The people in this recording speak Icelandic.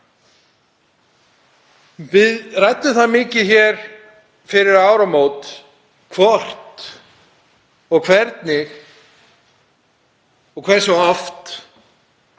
Við ræddum það mikið hér fyrir áramót hvort og hvernig og hversu oft